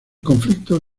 conflicto